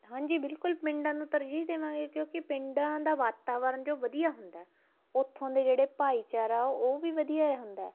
ਹਾਂਜੀ ਬਿਲਕੁਲ ਪਿੰਡਾਂ ਨੂੰ ਤਰਜੀਹ ਦੇਵਾਂਗੇ ਕਿਉਂਕਿ ਪਿੰਡਾਂ ਦਾ ਵਾਤਾਵਰਨ ਜੋ ਵਧੀਆ ਹੁੰਦਾ ਓੱਥੋਂ ਦੇ ਜਿਹੜੇ ਭਾਈਚਾਰਾ ਉਹ ਵੀ ਵਧੀਆ ਹੁੰਦਾ ਹੈ